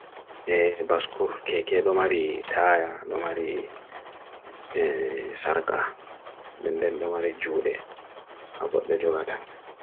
e baskur keke domari tha ya domari saraka denden domari jude agot de jugata